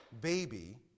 baby